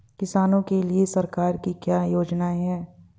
किसानों के लिए सरकार की क्या योजनाएं हैं?